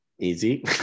Easy